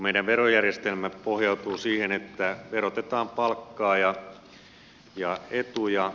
meidän verojärjestelmä pohjautuu siihen että verotetaan palkkaa ja etuja